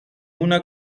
una